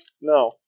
No